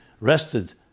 rested